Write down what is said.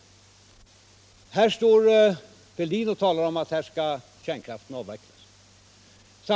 Thorbjörn Fälldin står här och talar om att kärnkraften skall avvecklas.